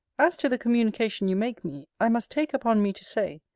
as to the communication you make me, i must take upon me to say,